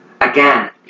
Again